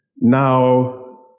now